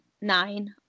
nine